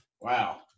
Wow